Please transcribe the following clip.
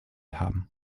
haben